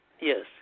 Yes